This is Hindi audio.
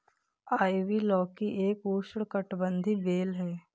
आइवी लौकी एक उष्णकटिबंधीय बेल है